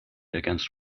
against